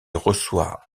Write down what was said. reçoit